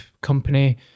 company